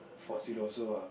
Fort Siloso ah